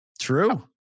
True